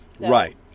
Right